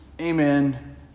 Amen